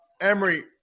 Emery